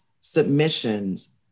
submissions